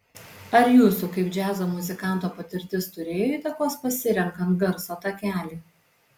ar jūsų kaip džiazo muzikanto patirtis turėjo įtakos pasirenkant garso takelį